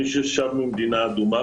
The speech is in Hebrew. מי ששב ממדינה אדומה,